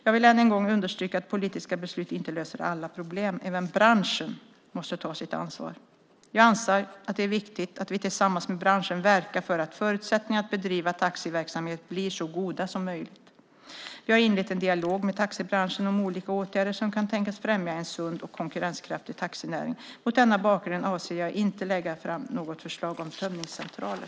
Jag vill än en gång understryka att politiska beslut inte löser alla problem. Även branschen måste ta sitt ansvar. Jag anser att det är viktigt att vi tillsammans med branschen verkar för att förutsättningarna att bedriva taxiverksamhet blir så goda som möjligt. Vi har inlett en dialog med taxibranschen om olika åtgärder som kan tänkas främja en sund och konkurrenskraftig taxinäring. Mot denna bakgrund avser jag inte att lägga fram något förslag om tömningscentraler.